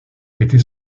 était